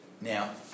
Now